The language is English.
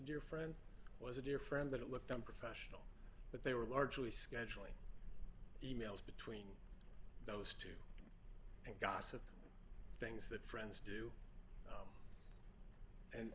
dear friend was a dear friend but it looked unprofessional but they were largely scheduling e mails between those two and gossip things that friends do and